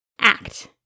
act